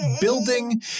building